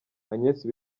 agnes